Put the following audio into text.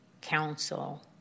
council